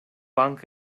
banka